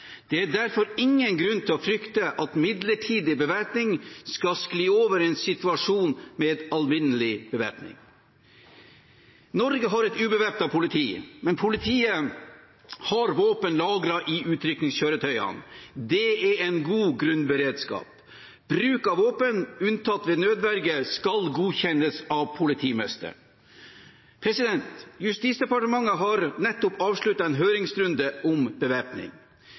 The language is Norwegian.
Det er derfor ingen grunn til å frykte at midlertidig bevæpning skal skli over i en situasjon med alminnelig bevæpning. Norge har et ubevæpnet politi, men politiet har våpen lagret i utrykningskjøretøyene. Det er en god grunnberedskap. Bruk av våpen, unntatt ved nødverge, skal godkjennes av politimesteren. Justisdepartementet har nettopp avsluttet en høringsrunde om bevæpning.